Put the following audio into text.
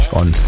on